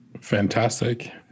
Fantastic